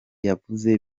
yavuze